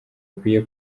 bakwiye